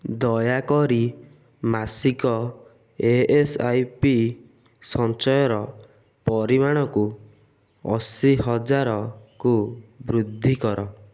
ଦୟାକରି ମାସିକ ଏ ଏସ୍ ଆଇ ପି ସଞ୍ଚୟର ପରିମାଣକୁ ଅଶୀ ହଜାରକୁ ବୃଦ୍ଧି କର